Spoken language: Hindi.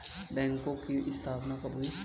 बैंकों की स्थापना कब हुई?